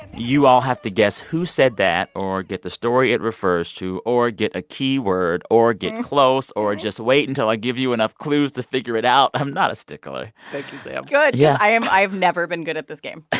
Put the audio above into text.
you all have to guess who said that or get the story it refers to or get a key word or get close or just wait until i give you enough clues to figure it out. i'm not a stickler thank you, sam yeah good, because yeah i am i've never been good at this game